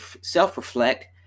self-reflect